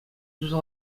туса